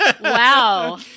Wow